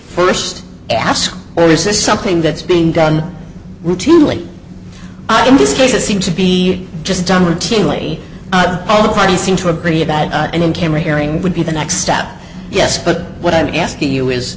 first ask where is this something that's being done routinely in this case it seems to be just done routinely all the parties seem to agree about and in camera hearing would be the next step yes but what i'm asking you is